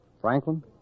Franklin